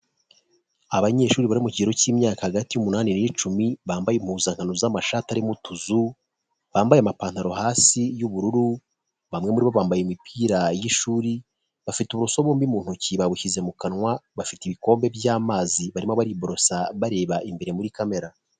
Abanyeshuri bari mu kigeroro cy'imyaka hagati y'umunani n'icumi, bambaye impuzankano z'amashati arimo utuzu, bambaye amapantaro hasi y'ubururu, bamwe muri bo bambaye imipira y'ishuri, bafite uburoso bombi mu ntoki babushyize mu kanwa, bafite ibikombe by'amazi barimo bariborosa bareba imbere muri kamera.